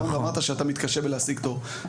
אתה אמרת שאתה מתקשה בלהשיג תור.